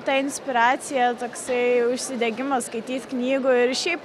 ta inspiracija toksai užsidegimas skaityt knygų ir šiaip